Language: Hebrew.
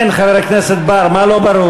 כן, חבר הכנסת בר, מה לא ברור?